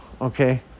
Okay